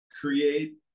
create